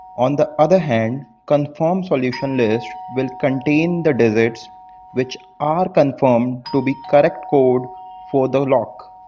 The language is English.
on the other hand confirmed solution list will contain the digits which are confirmed to be correct code for the lock.